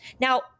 Now